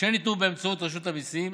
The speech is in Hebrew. שניתנו באמצעות רשות המיסים,